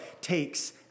takes